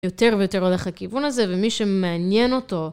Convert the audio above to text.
יותר ויותר הולך לכיוון הזה, ומי שמעניין אותו